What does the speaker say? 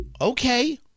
Okay